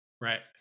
Right